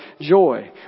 joy